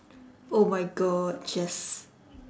oh my god jace